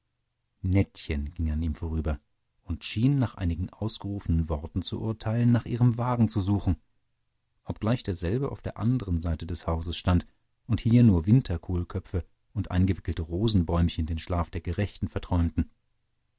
nettchen ging an ihm vorüber und schien nach einigen ausgerufenen worten zu urteilen nach ihrem wagen zu suchen obgleich derselbe auf der andern seite des hauses stand und hier nur winterkohlköpfe und eingewickelte rosenbäumchen den schlaf der gerechten verträumten